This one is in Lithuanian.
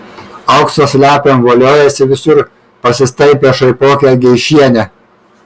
auksą slepiam voliojasi visur pasistaipė šaipokė geišienė